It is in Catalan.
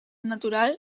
natural